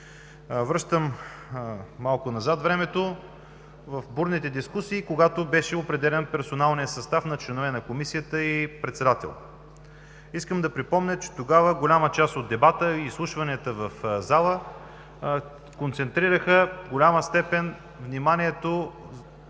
времето малко назад, в бурните дискусии, когато беше определен персоналният състав на членовете на Комисията и председателя. Ще припомня, че тогава голяма част от дебата и изслушванията в залата концентрираха в голяма степен вниманието